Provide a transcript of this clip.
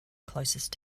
closest